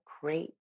great